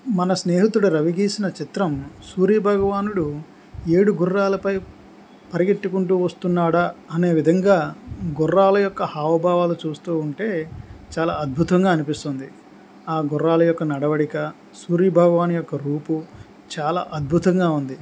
మన స్నేహితుడు రవి గీసిన చిత్రం సూర్య భగవానుడు ఏడు గుర్రాలపై పరిగెట్టుకుంటూ వస్తున్నాడా అనే విధంగా గుర్రాల యొక్క హావభావాలు చూస్తూ ఉంటే చాలా అద్భుతంగా అనిపిస్తుంది ఆ గుర్రాల యొక్క నడవడిక సూర్య భగవాని యొక్క రూపు చాలా అద్భుతంగా ఉంది